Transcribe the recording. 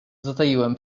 zataiłem